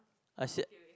I said